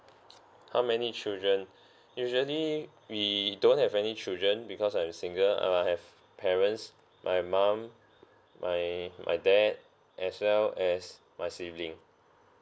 how many children usually we don't have any children because I'm single um I have parents my mum my my dad as well as my sibling